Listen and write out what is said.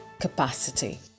capacity